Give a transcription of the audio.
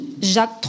Jacques